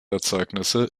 erzeugnisse